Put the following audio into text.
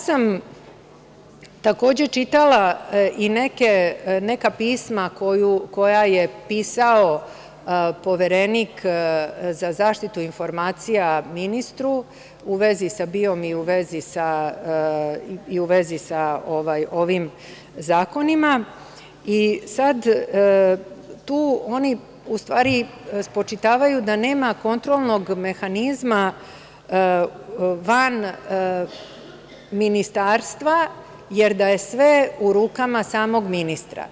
Takođe sam čitala i neka pisma koja je pisao Poverenik za zaštitu informacija ministru u vezi sa BIA i u vezi sa ovim zakonima, i sada tu oni u stvari spočitavaju da nema kontrolnog mehanizma van Ministarstva jer da je sve u rukama samog ministra.